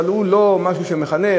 אבל הוא לא משהו שמחנך.